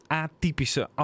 atypische